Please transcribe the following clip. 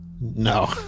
no